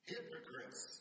Hypocrites